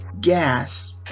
gas